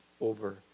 over